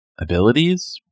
abilities